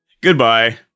Goodbye